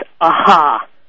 aha